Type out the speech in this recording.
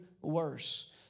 worse